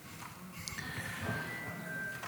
של החטופים.